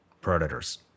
Predators